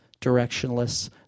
directionless